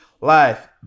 life